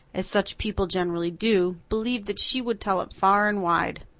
as such people generally do, believed that she would tell it far and wide.